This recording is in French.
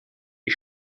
est